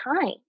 time